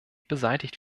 beseitigt